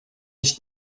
nicht